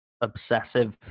obsessive